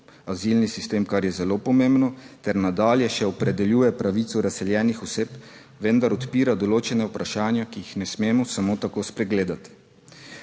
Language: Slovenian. azilni sistem, kar je zelo pomembno ter nadalje še opredeljuje pravico razseljenih oseb, vendar odpira določena vprašanja, ki jih ne smemo samo tako spregledati.